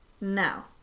now